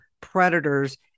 predators